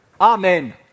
Amen